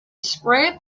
spread